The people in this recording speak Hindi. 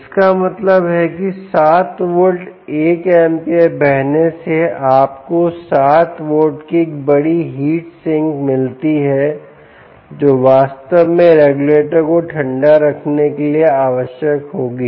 जिसका मतलब है कि 7 वोल्ट एक amp बहने से आपको 7 वाट की एक बड़ी हीट सिंक मिलती है जो वास्तव में रेगुलेटर को ठंडा रखने के लिए आवश्यक होगी